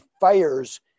fires